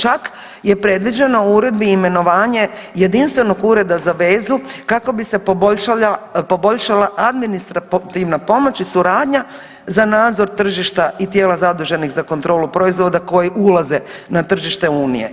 Čak je predviđeno u uredbi imenovanje jedinstvenog Ureda za vezu kako bi se poboljšala administrativna pomoć i suradnja za nadzor tržišta i tijela zaduženih za kontrolu proizvoda koji ulaze na tržište Unije.